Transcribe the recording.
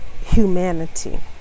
humanity